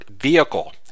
vehicle